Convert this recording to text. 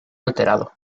alterado